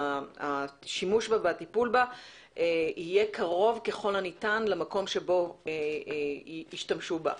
השימוש בה והטיפול בה יהיה קרוב ככל הניתן למקום שבו ישתמשו בה.